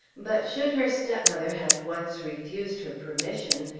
but should her stepmother have once refused her permission,